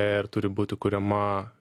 iir turi būti kuriama